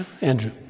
Andrew